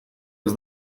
was